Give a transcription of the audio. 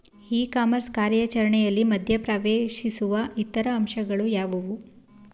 E commerce ಕಾರ್ಯಾಚರಣೆಯಲ್ಲಿ ಮಧ್ಯ ಪ್ರವೇಶಿಸುವ ಇತರ ಅಂಶಗಳು ಯಾವುವು?